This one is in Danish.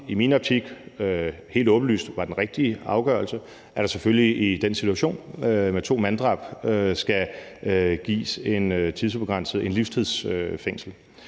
åbenlyst var den rigtige afgørelse, altså at der selvfølgelig i den situation med to manddrab skal gives livstidsfængsel.